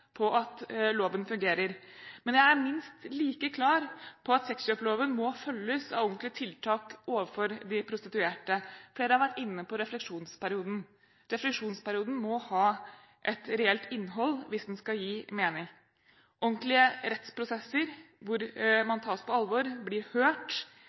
på at loven fungerer. Men jeg er minst like klar på at sexkjøploven må følges av ordentlige tiltak overfor de prostituerte. Flere har vært inne på refleksjonsperioden. Refleksjonsperioden må ha et reelt innhold hvis den skal gi mening. Ordentlige rettsprosesser hvor man tas på alvor og blir hørt